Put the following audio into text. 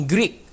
Greek